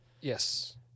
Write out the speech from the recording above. Yes